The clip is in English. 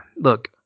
Look